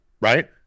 right